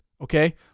okay